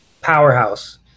powerhouse